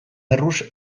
erruz